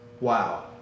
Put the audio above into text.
Wow